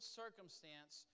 circumstance